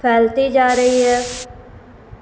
فھیلتی جا رہی ہے